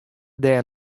dêr